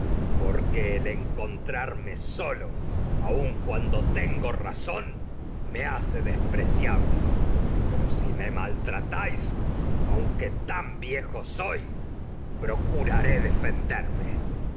porque el encontrarme solo aun razón aunque me cuando tengo maltratáis hace despreciable pero si me tan viejo soy procuraré defenderme